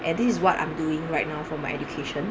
and this is what I'm doing right now for my education